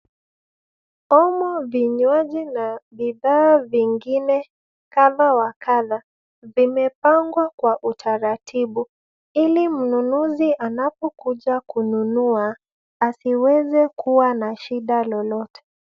Humu vinywaji na bidhaa vingine kadha wa kadha vimepangwa kwa utaratibu, ili mnunuzi anapokuja kununua asiweze kuwa na shida lolote.